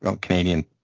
Canadian